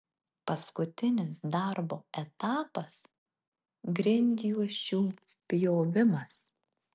paskutinis darbo etapas grindjuosčių pjovimas